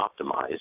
optimized